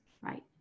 right